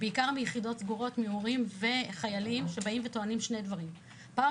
ובעיקר מיחידות סגורות של הורים וחיילים שטוענים שנרשמו,